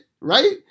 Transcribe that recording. right